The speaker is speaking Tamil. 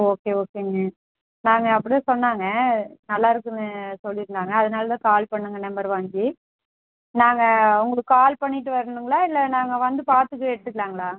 ஓகே ஓகேங்க நாங்கள் அப்டி தான் சொன்னாங்க நல்லாருக்குன்னு சொல்லிருந்தாங்க அதுனால தான் கால் பண்ணேங்க நம்பர் வாங்கி நாங்கள் அவங்களுக்கு கால் பண்ணிவிட்டு வரணுங்களா இல்லை நாங்கள் வந்து பார்த்துட்டு எடுத்துக்கலாங்களா